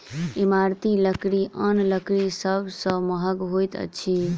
इमारती लकड़ी आन लकड़ी सभ सॅ महग होइत अछि